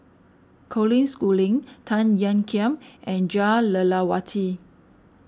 Colin Schooling Tan Ean Kiam and Jah Lelawati